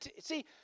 see